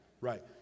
Right